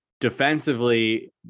defensively